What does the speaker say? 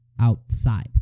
outside